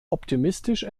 optimistisch